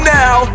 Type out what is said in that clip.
now